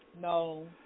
No